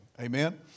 Amen